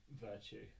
Virtue